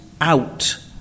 out